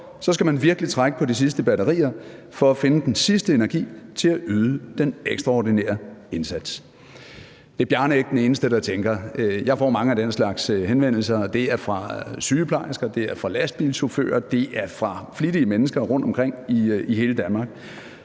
skal man virkelig trække på de sidste batterier for at finde den sidste energi til at yde den ekstraordinære indsats. Det er Bjarne ikke den eneste der tænker. Jeg får mange af den slags henvendelser, og det er fra sygeplejersker, det er fra lastbilchauffører, det er fra flittige mennesker rundtomkring i hele Danmark,